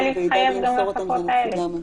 וידאג למסור אותם זה נציגי הממשלה.